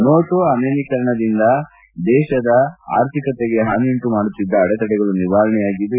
note ಅಮಾನ್ಜೀಕರಣದಿಂದ ದೇಶದ ಆರ್ಥಿಕತೆಗೆ ಹಾನಿಯುಂಟು ಮಾಡುತ್ತಿದ್ದ ಅಡೆತಡಗಳು ನಿವಾರಣೆಯಾಗಿದ್ದು